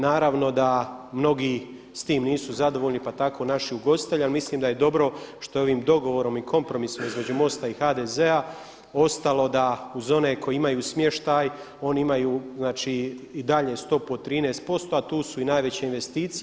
Naravno da mnogi s tim nisu zadovoljni pa tako ni naši ugostitelji, a mislim da je dobro što je ovim dogovorom i kompromisom između MOST-a i HDZ-a ostalo da uz one koji imaju smještaj oni imaju znači i dalje stopu od 13% a tu su i najveće investicije.